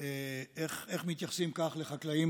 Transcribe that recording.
איך מתייחסים כך לחקלאים